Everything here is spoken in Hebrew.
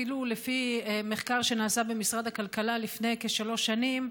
אפילו לפי מחקר שנעשה במשרד הכלכלה לפני כשלוש שנים,